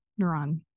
neuron